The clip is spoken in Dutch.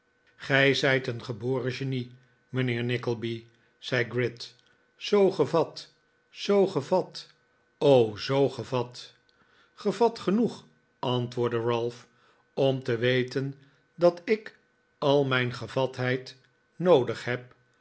gij zijt een geboren genie mijnheer nickleby zei gride zoo gevat zoo gevat o zoo gevat gevat genoeg antwoordde ralph om te weten dat ik al mijn gevatheid noodig heb